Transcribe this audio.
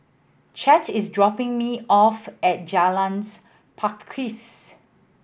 Chet is dropping me off at Jalan Pakis